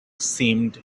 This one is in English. seemed